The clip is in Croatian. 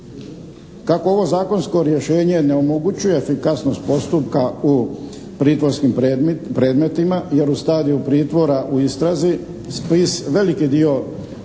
Kako ovo zakonsko rješenje ne omogućuje efikasnost postupka u pritvorskim predmetima jer u stadiju pritvora u istrazi … /Govornik se ne